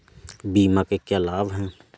बीमा के क्या लाभ हैं?